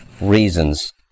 reasons